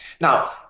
now